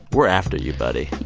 we're after you, buddy